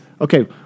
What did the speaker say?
Okay